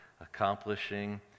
accomplishing